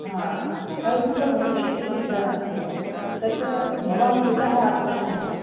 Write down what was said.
हा फ़ै नम्बर् भविष्यति चिन्ता नास्ति तत्र भवान् कुतः आगमिष्यन्ति